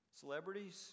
Celebrities